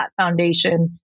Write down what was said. foundation